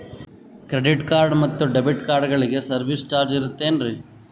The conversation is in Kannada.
ಕ್ರೆಡಿಟ್ ಕಾರ್ಡ್ ಮತ್ತು ಡೆಬಿಟ್ ಕಾರ್ಡಗಳಿಗೆ ಸರ್ವಿಸ್ ಚಾರ್ಜ್ ಇರುತೇನ್ರಿ?